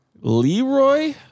Leroy